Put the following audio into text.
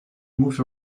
moved